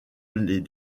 les